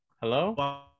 hello